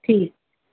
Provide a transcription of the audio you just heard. ਠੀਕ